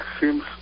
seems